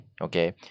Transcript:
okay